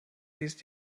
ist